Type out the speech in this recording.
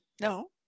No